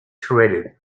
shredded